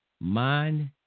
mind